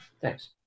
Thanks